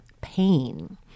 pain